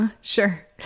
Sure